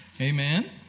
Amen